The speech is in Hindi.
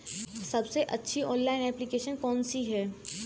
सबसे अच्छी ऑनलाइन एप्लीकेशन कौन सी है?